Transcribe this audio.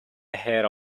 ahead